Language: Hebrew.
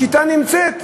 השיטה נמצאת.